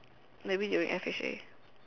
maybe they will F H A